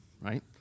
Right